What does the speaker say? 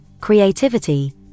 creativity